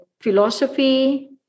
philosophy